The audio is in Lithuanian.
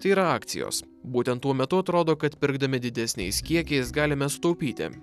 tai yra akcijos būtent tuo metu atrodo kad pirkdami didesniais kiekiais galime sutaupyti